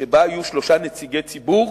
שבה יהיו שלושה נציגי ציבור